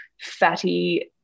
fatty